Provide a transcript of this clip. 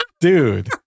dude